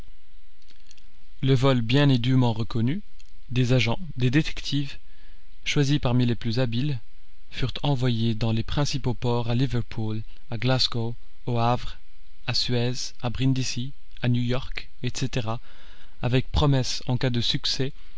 le vol bien et dûment reconnu des agents des détectives choisis parmi les plus habiles furent envoyés dans les principaux ports à liverpool à glasgow au havre à suez à brindisi à new york etc avec promesse en cas de succès